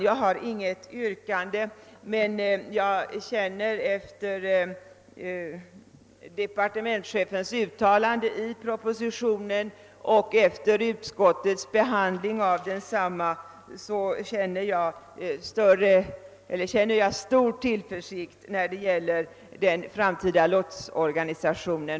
Jag har inget yrkande utan vill efter departementschefens uttalande i propositionen och efter utskottets behandling av denna endast förklara att jag känner en motiverad tillförsikt inför lösningen av Hälsinglands framtida lotsorganisation.